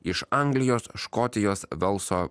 iš anglijos škotijos velso